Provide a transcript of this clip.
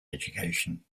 education